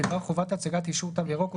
בדבר חובת הצגת אישור "תו ירוק" או